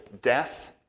death